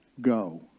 go